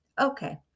Okay